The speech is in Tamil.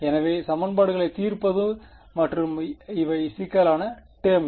எனவே சமன்பாடுகளைத் தீர்ப்பது மற்றும் இவை சிக்கலான டெர்ம்கள்